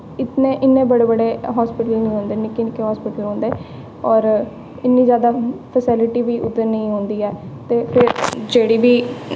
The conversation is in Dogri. इतने इन्ने बड़े बड़े हस्पिटल निं होंदे निक्के निक्के हस्पिटल होंदे और इन्ने जादा फैसिल्टी बी उद्धर नेईं होंदी ऐ ते जेह्ड़ी बी